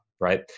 right